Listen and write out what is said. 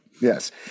Yes